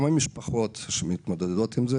גם המשפחות שמתמודדות עם זה